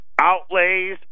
Outlays